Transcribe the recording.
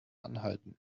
anhalten